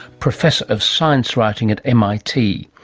professor of science writing at mit.